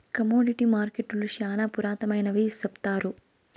commodity మార్కెట్టులు శ్యానా పురాతనమైనవి సెప్తారు